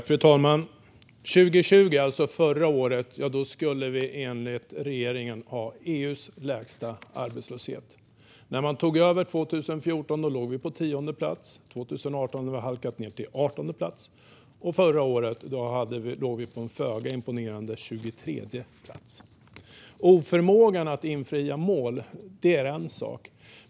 Fru talman! År 2020, alltså förra året, skulle vi enligt regeringen ha EU:s lägsta arbetslöshet. När man tog över 2014 låg vi på 10:e plats. År 2018 hade vi halkat ned till 18:e plats. Och förra året låg vi på en föga imponerande 23:e plats. Oförmågan att infria mål är en sak.